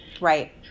Right